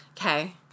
Okay